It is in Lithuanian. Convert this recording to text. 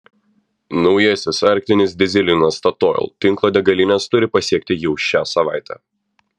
naujasis arktinis dyzelinas statoil tinklo degalines turi pasiekti jau šią savaitę